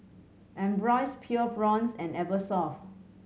Ambros Pure Blondes and Eversoft